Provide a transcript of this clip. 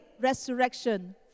resurrection